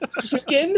Chicken